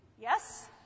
Yes